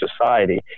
society